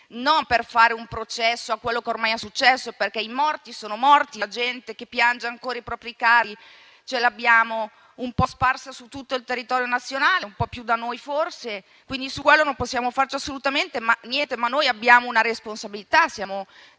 non per fare un processo a quello che ormai è successo, perché i morti sono morti e la gente che piange ancora i propri cari l'abbiamo sparsa su tutto il territorio nazionale (un po' più da noi forse). Quindi su quello non possiamo farci assolutamente niente, ma noi siamo politici, siamo